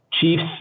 Chiefs